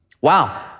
wow